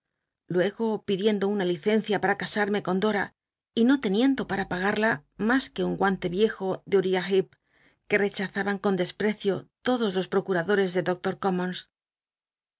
juego pidiendo una licencia para casarme con dora y no teniendo para pagad a mas que un guante vi ejo de uriah hecp que tcchazaban con desprecio lodos los procutadores de doctors